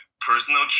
personal